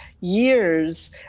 years